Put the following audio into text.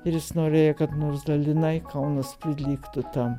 ir jis norėjo kad nors dalinai kaunas prilygtų tam